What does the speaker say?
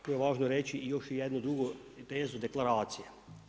Tu je važno reći i još i jednu drugu tezu deklaracije.